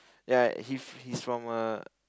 ya he he's from a